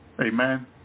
Amen